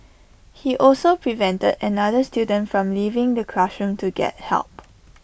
he also prevented another student from leaving the classroom to get help